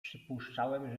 przypuszczałem